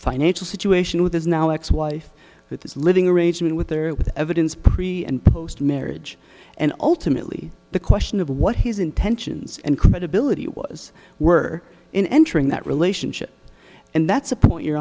financial situation with his now ex wife with his living arrangement with her with evidence and post marriage and ultimately the question of what his intentions and credibility was were in entering that relationship and that's a point your